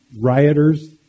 rioters